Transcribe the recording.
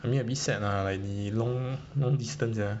I mean a bit sad ah like 你 long distance sia